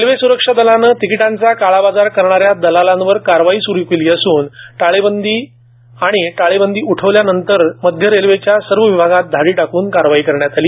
railway स्रक्षा दलाने तिकिटांचा काळाबाजार करणाऱ्या दलालांवर कारवाई स्रू केली असून टाळेबंदी आणि टाळेबंदी उठवल्यानंतर मध्य रेल्वेच्या सर्व विभागात धाडी टाकून कारवाई करण्यात आली